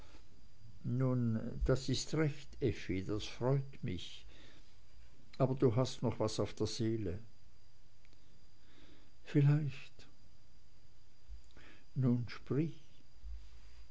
nun das ist recht effi das freut mich aber du hast noch was auf der seele vielleicht nun sprich